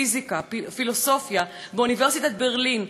פיזיקה ופילוסופיה באוניברסיטת ברלין,